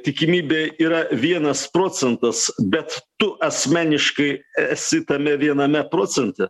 tikimybė yra vienas procentas bet tu asmeniškai esi tame viename procente